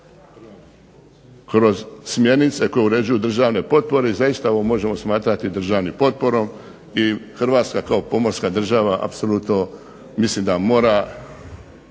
kroz smjernice koje uređuju državne potpore i zaista ovo možemo smatrati državnom potporom i Hrvatska kao pomorska država apsolutno mislim da mora